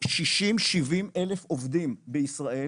60-70 אלף עובדים בישראל,